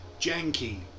Janky